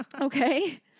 Okay